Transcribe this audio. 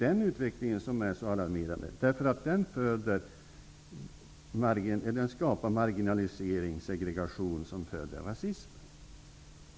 Den utvecklingen är alarmerande, för den skapar marginalisering och segregation som föder rasism.